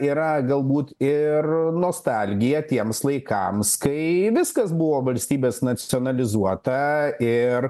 yra galbūt ir nostalgija tiems laikams kai viskas buvo valstybės nacionalizuota ir